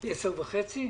10:30?